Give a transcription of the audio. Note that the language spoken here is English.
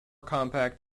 compact